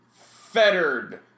fettered